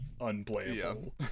unplayable